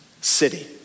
city